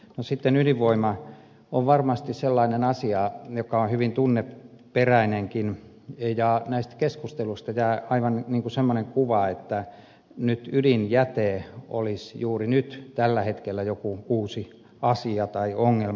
no sitten ydinvoima on varmasti sellainen asia joka on hyvin tunneperäinenkin ja näistä keskusteluista jää aivan niin kuin semmoinen kuva että ydinjäte olisi juuri nyt tällä hetkellä joku uusi asia tai ongelma